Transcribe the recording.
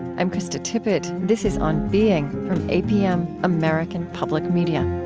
i'm krista tippett. this is on being, from apm, american public media